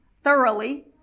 thoroughly